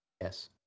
Yes